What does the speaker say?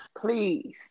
Please